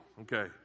okay